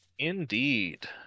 Indeed